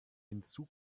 hinzu